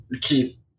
keep